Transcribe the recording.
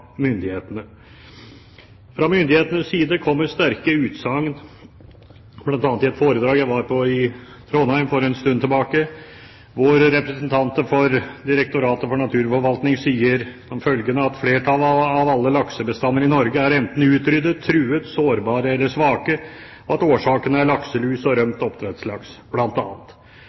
myndighetene. Fra myndighetenes side kommer det sterke utsagn, bl.a. i et foredrag jeg var på i Trondheim for en stund tilbake, hvor representanter fra Direktoratet for naturforvaltning sa at flertallet av alle laksebestander i Norge enten er utryddet, truet, sårbare eller svake, og at årsaken bl.a. er lakselusen og rømt